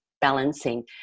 Balancing